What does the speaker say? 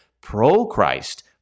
pro-Christ